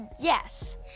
yes